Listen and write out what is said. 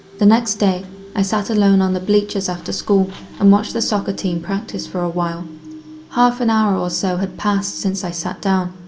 the next day i sat alone on the bleachers after school and watched the soccer team practice for a while. a half an hour or so had passed since i sat down,